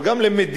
אבל גם למדינה,